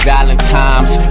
Valentine's